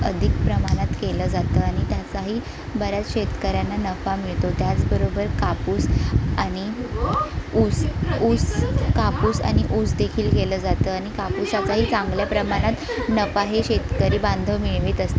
अधिक प्रमाणात केलं जातं आणि त्याचाही बऱ्याच शेतकऱ्यांना नफा मिळतो त्याचबरोबर कापूस आणि ऊस ऊस कापूस आणि ऊसदेखील केलं जातं आणि कापूस याचाही चांगल्या प्रमाणात नफाही शेतकरी बांधव मिळवीत असतात